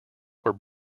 were